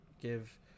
Give